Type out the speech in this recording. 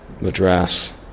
Madras